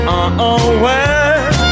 unaware